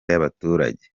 y’abaturage